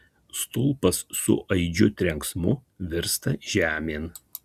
stulpas su aidžiu trenksmu virsta žemėn